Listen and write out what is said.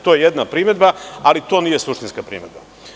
To je jedna primedba, ali to nije suštinska primedba.